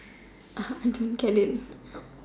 Uh I don't get it